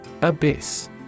Abyss